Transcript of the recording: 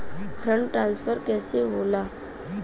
Fund transfer कैसे होला?